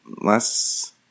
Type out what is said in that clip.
less